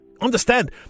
understand